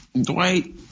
Dwight